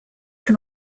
can